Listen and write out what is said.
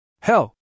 Hell